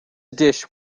dish